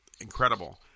incredible